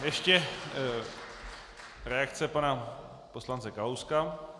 Ještě reakce pana poslance Kalouska.